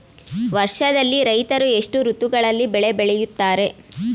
ವರ್ಷದಲ್ಲಿ ರೈತರು ಎಷ್ಟು ಋತುಗಳಲ್ಲಿ ಬೆಳೆ ಬೆಳೆಯುತ್ತಾರೆ?